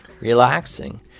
relaxing